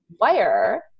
wire